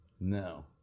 No